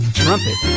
trumpet